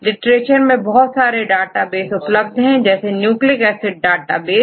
literature में बहुत सारे डाटाबेस उपलब्ध है जैसे न्यूक्लिक एसिड डाटाबेस